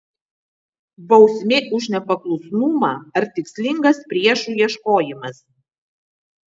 bausmė už nepaklusnumą ar tikslingas priešų ieškojimas